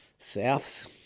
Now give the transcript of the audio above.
Souths